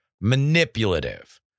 manipulative